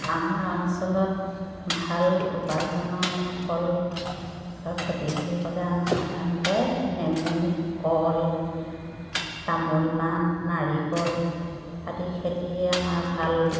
আমাৰ অঞ্চলত ভাল উপাৰ্জনৰ ফলৰ খেতি বুলি ক'লে আমি সাধাৰণতে নেমু কল তামোল পাণ নাৰিকল আদি খেতিয়ে আমাৰ ভাল